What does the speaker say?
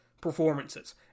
performances